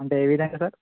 అంటే ఏ విధంగా సార్